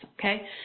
okay